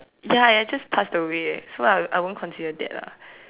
ya ya it just passed away eh so I I won't consider that lah